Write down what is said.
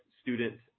student